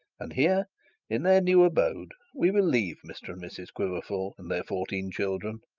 and here in their new abode we will leave mr and mrs quiverful and their fourteen children.